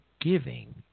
giving